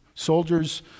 Soldiers